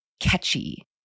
catchy